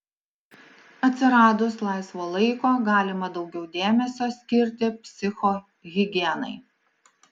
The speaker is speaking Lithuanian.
atsiradus laisvo laiko galima daugiau dėmesio skirti psichohigienai